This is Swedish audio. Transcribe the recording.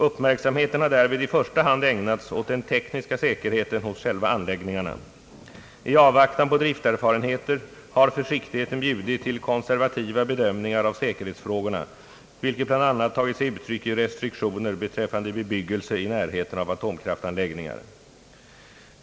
Uppmärksamhet har därvid i första hand ägnats åt den tekniska säkerheten hos själva anläggningarna, I avvaktan på drifterfarenheter har försiktigheten bjudit till konservativa bedömningar av säkerhetsfrågorna, vilket bl.a. tagit sig uttryck i restriktioner beträffande bebyggelse i närheten av atomkraftanläggningar.